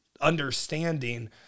understanding